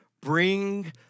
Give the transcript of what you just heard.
bring